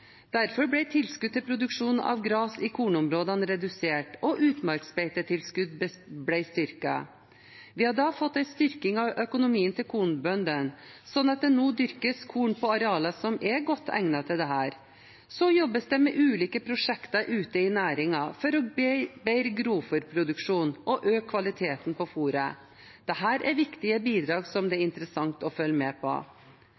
Derfor ble tilskudd til produksjon av gras i kornområdene redusert, og utmarksbeitetilskudd ble styrket. Vi har da fått en styrking av økonomien til kornbøndene, slik at det nå dyrkes korn på arealer som er godt egnet til dette. Så jobbes det med ulike prosjekter ute i næringen for å bedre grovfôrproduksjon og øke kvaliteten på fôret. Dette er viktige bidrag som det er interessant å følge med på.